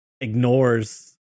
ignores